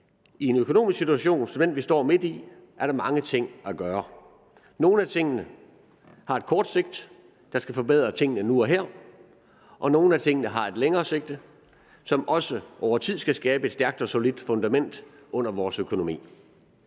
I en økonomisk situation som den, vi står midt i, er det mange ting at gøre. Nogle af tingene har et kort sigte, der skal forbedre tingene nu og her, og nogle ting har et længere sigte, som også over tid skal skabe et stærkt og solidt fundament under vores økonomi.